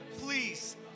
please